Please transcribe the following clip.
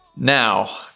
Now